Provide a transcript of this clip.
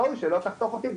אז מן הראוי שלא תחתוך אותי,